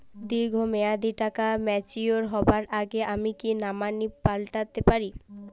দীর্ঘ মেয়াদি টাকা ম্যাচিউর হবার আগে আমি কি নমিনি পাল্টা তে পারি?